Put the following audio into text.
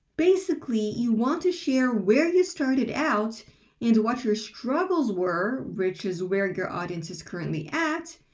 basically, you want to share where you started out and what your struggles were, which is where your audience is currently at,